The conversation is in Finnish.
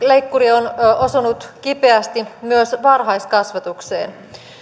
on osunut kipeästi myös varhaiskasvatukseen